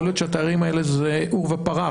יכול להיות שהתיירים האלה זה עורבא פרח,